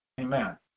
Amen